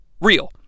real